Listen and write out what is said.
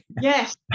yes